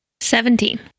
Seventeen